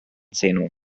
zeno